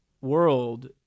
world